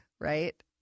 right